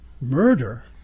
Murder